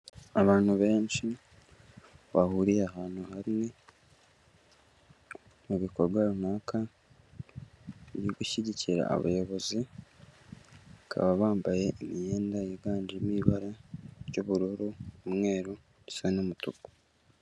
Abantu benshi bahuriye ahantu hamwe mu bikorwa runaka byo gushyigikira abayobozi, bakaba bambaye imyenda yiganjemo ibara ry'ubururu, umweru usa n'umutuku.